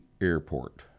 airport